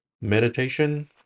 Meditation